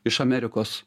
iš amerikos